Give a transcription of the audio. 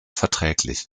verträglich